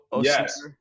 yes